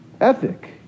ethic